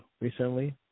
recently